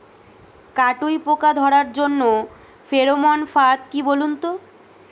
কাটুই পোকা ধরার জন্য ফেরোমন ফাদ কি বলুন তো?